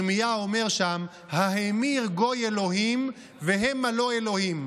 ירמיהו אומר שם: "ההימיר גוי אלהים והמה לא אלהים,